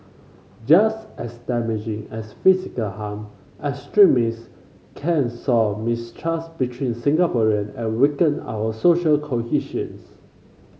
just as damaging as physical harm extremist can sow mistrust between Singaporean and weaken our social cohesions